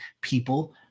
people